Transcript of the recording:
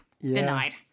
denied